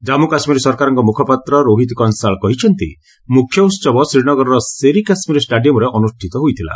କାମ୍ମୁ କାଶ୍ମୀର ସରକାରଙ୍କ ମୁଖପାତ୍ର ରୋହିତ କଂସାଳ କହିଛନ୍ତି ମୁଖ୍ୟ ଉହବ ଶ୍ରୀନଗରର ସେରି କାଶ୍ମୀର ଷ୍ଟାଡିୟମରେ ଅନୁଷ୍ଠିତ ହୋଇଥିଲା